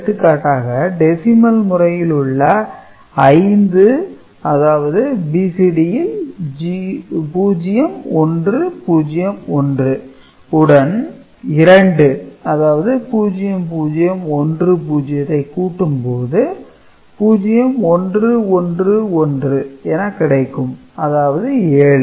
எடுத்துக்காட்டாக டெசிமல் முறையில் உள்ள 5 அதாவது BCD ல் 0101 உடன் 2 அதாவது 0010 ஐ கூட்டும் போது 0111 என கிடைக்கும் அதாவது 7